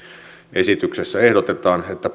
esityksessä ehdotetaan että